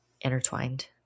intertwined